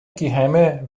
geheime